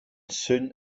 soon